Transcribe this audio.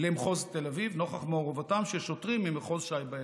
למחוז תל אביב נוכח מעורבותם של שוטרים במחוז ש"י באירוע.